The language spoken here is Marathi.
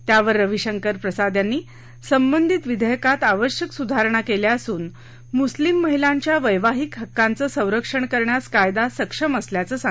त्यावर रविशंकर प्रसाद यांनी संबंधित विधेयकात आवश्यक सुधारणा केल्या असून मुस्लीम महिलांच्या वद्याहिक हक्कांचं संरक्षण करण्यास कायदा सक्षम असल्याचं सांगितलं